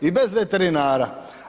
I bez veterinara.